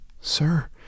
Sir